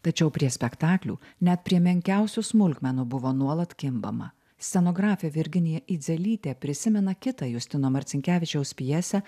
tačiau prie spektaklių net prie menkiausių smulkmenų buvo nuolat kimbama scenografė virginija idzelytė prisimena kitą justino marcinkevičiaus pjesę